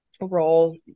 role